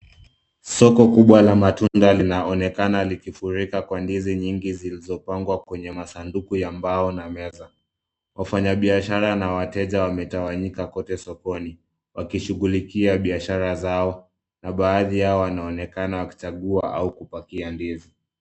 Soko kubwa la matunda linaonekana kufurika ndizi nyingi zilizopangwa kwenye masanduku ya mbao na meza. Wafanyabiashara na wateja wametawanyika kote sokoni wakishughulikia biashara zao. Na baadhi yao wanaonekana kuchagua au kupakia ndizi